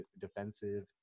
defensive